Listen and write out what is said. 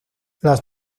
las